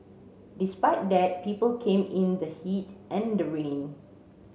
despite that people came in the heat and the rain